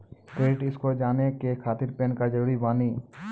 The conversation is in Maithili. क्रेडिट स्कोर जाने के खातिर पैन कार्ड जरूरी बानी?